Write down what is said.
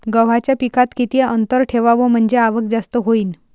गव्हाच्या पिकात किती अंतर ठेवाव म्हनजे आवक जास्त होईन?